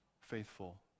faithful